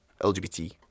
LGBT